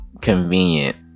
convenient